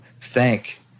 thank